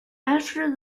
after